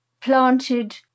planted